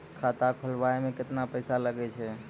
खाता खोलबाबय मे केतना पैसा लगे छै?